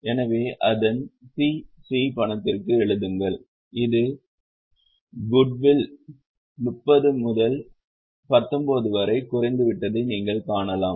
எனவே அதன் c c பணத்திற்காக எழுதுங்கள் இது குடிவில் 30 முதல் 19 வரை குறைந்துவிட்டதை நீங்கள் காணலாம்